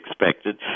expected